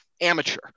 amateur